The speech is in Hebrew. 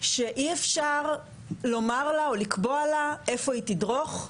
שאי אפשר לומר לה או לקבוע לה איפה היא תדרוך,